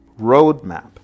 roadmap